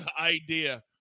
idea